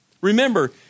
Remember